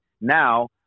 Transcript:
now